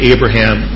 Abraham